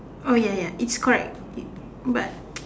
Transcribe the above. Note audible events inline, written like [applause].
oh ya ya it's correct it but [noise]